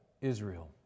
Israel